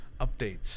updates